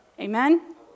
Amen